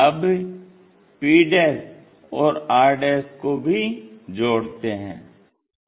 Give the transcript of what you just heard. अब p और r को भी जोड़ते हैं